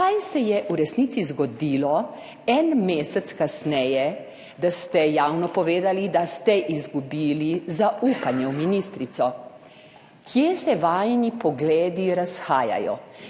Kaj se je v resnici zgodilo en mesec kasneje, da ste javno povedali, da ste izgubili zaupanje v ministrico? Kje se vajini pogledi razhajajo?